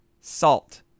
salt